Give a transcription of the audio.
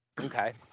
Okay